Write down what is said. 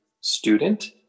student